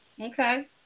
Okay